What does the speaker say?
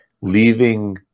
Leaving